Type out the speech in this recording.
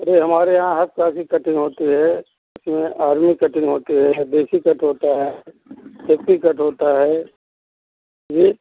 अरे हमारे यहाँ हर प्रकार की कटिंग होती है इसमें आर्मी कटिंग होती है देसी कट होता है सेफ्टी कट होता है जी